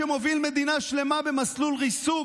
שמוביל מדינה שלמה במסלול ריסוק,